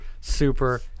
super